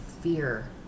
fear